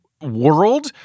world